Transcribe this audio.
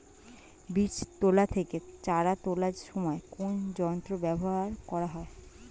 বীজ তোলা থেকে চারা তোলার সময় কোন যন্ত্র ব্যবহার করা হয়?